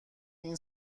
این